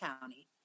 County